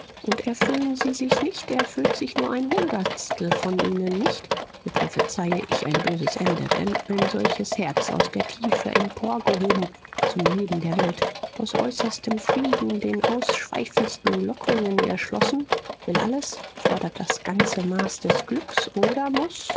und erfüllen sie sich nicht erfüllt sich nur ein hundertstel von ihnen nicht so prophezeie ich ein böses ende denn ein solches herz aus der tiefe emporgehoben zum leben der welt aus äußerstem frieden den ausschweifendsten lockungen erschlossen will alles fordert das ganze maß des glücks oder muß